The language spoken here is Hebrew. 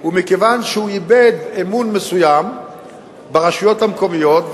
היא שהוא איבד אמון מסוים ברשויות המקומיות,